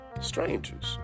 strangers